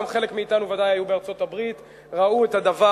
גם חלק מאתנו ודאי היו בארצות-הברית, ראו את הדבר.